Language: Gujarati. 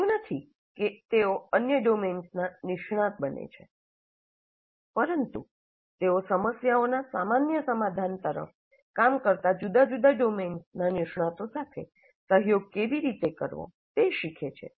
એવું નથી કે તેઓ અન્ય ડોમેન્સના નિષ્ણાંત બને છે પરંતુ તેઓ સમસ્યાઓના સામાન્ય સમાધાન તરફ કામ કરતા જુદા જુદા ડોમેન્સના નિષ્ણાતો સાથે સહયોગ કેવી રીતે કરવો તે શીખે છે